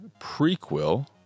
prequel